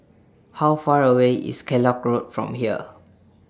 How Far away IS Kellock Road from here